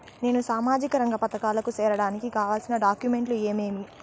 నేను సామాజిక రంగ పథకాలకు సేరడానికి కావాల్సిన డాక్యుమెంట్లు ఏమేమీ?